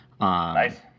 Nice